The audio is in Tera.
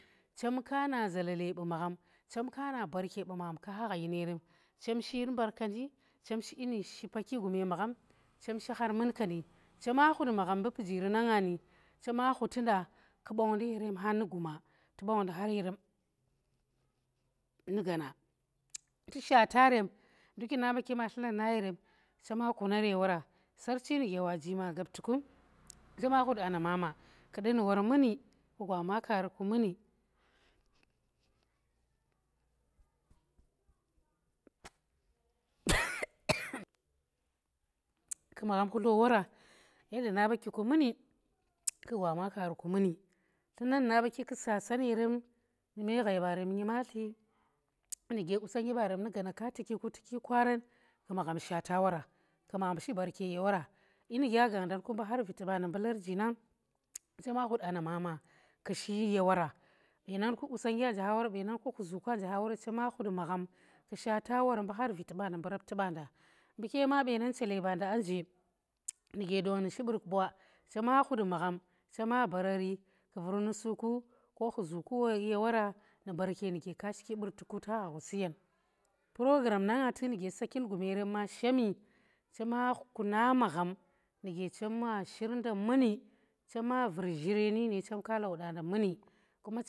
chem ka na zalale ɓu magham, nga khute rem cem kana barke ɓu magham ka hagha inerem chem shir mbar kandi chem hut magham mbu pijiri nanga ni chema hutinda ti ɓongha guma ndi gana ti shata rem nduki ndi ɗ ɓaki ma tlunar nang chema kunar ye wara sarchi nike waji ma gaptiku chema hut anna mama kuɗi ndi war muni ku gwa makari muni inang na baki tu sa san ndi me ghai barem nyimatli ndike ƙusan gi ku barem ndi gana katikki ku tuki kwaran tu magham shi barke yawara kyi ndike a gandang mbu har mbu viti ɓanda mbu larji nang chema hut ana mama ku shi ya wara ɓenanku nusu ki anje ha wara ɓenang ku huzuki anje ha war chama hud magham tu shata war mbu har viti ɓurti ɓanda mbu kema ɓenan anje ndike ndi shi ɓurti ɓa chama hut magham tu vur nusuku ko huzuku ya wara ndi barke ndike ka shiki ku ti hagha siyen program nan tuk ndike sakin gumerem ma shimi chema kuna magham ndike chem wa shirnda muni chema vur ghire kuma nine chem ka lauɗa muni.